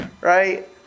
right